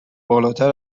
بالاتر